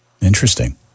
Interesting